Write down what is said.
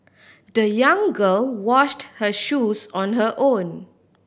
the young girl washed her shoes on her own